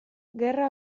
gerra